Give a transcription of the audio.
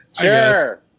Sure